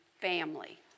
family